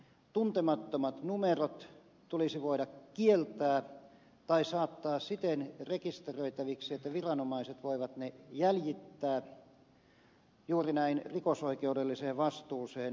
tuntemattomat numerot tulisi voida kieltää tai saattaa siten rekisteröitäviksi että viranomaiset voivat ne jäljittää juuri näin rikosoikeudelliseen vastuuseen saattamiseksi